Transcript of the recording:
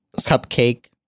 cupcake